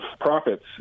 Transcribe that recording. profits